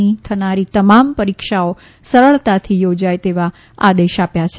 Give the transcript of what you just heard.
ની થનારી તમામ પરીક્ષાઓ સરળતાથી યોજાય તેવા આદેશ આપ્યા છે